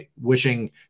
wishing